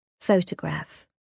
Photograph